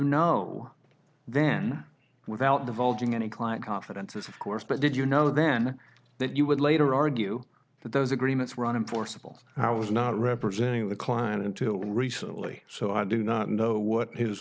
know then without divulging any client confidences of course but did you know then that you would later argue that those agreements were on and forcible i was not representing the client until recently so i do not know what his